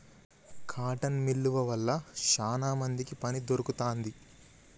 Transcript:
cotton మిల్లువ వల్ల శానా మందికి పని దొరుకుతాంది